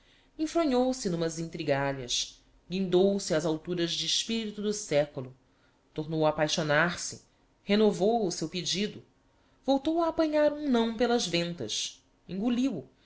sociedade infronhou se n'umas intrigalhas guindou se ás alturas de espirito do século tornou a apaixonar-se renovou o seu pedido voltou a apanhar um não pelas ventas enguliu o